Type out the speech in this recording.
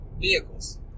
vehicles